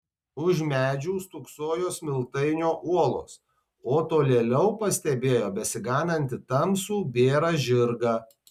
už medžių stūksojo smiltainio uolos o tolėliau pastebėjo besiganantį tamsų bėrą žirgą